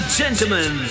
gentlemen